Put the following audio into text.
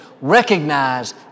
Recognize